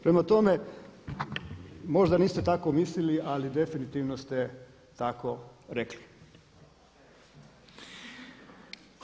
Prema tome, možda niste tako mislili ali definitivno ste tako rekli.